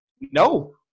No